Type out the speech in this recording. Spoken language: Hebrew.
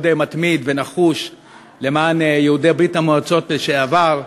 מתמיד ונחוש שלך למען יהודי ברית-המועצות לשעבר.